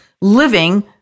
living